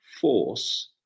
force